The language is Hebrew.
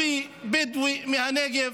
ערבי בדואי מהנגב,